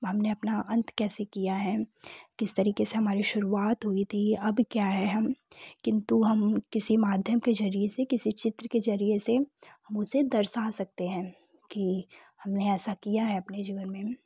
हमने अपना अंत कैसे किया है किस तरीके से हमारी शुरुआत हुई थी अब क्या है हम किन्तु हम किसी माध्यम के ज़रिए से किसी चित्र के ज़रिए से हम उसे दर्शा सकते हैं कि हमने ऐसा क्या है अपने जीवन में